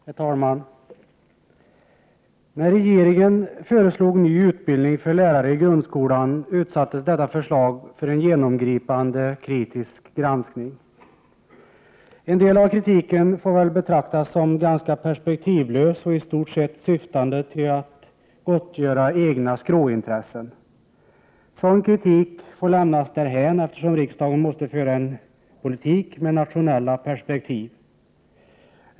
Herr talman! När regeringen föreslog ny utbildning för lärare i grundskolan utsattes det förslaget för en genomgripande kritisk granskning. En del av kritiken får väl betraktas som ganska perspektivlös och i stort sett syftande till att gottgöra egna skråintressen. Sådan kritik får lämnas därhän, eftersom riksdagen måste föra en politik med nationella perspektiv.